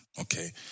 okay